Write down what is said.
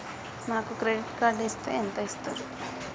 నాకు credit card ఇస్తే ఎంత ఇస్తరు?